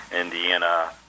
Indiana